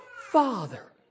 Father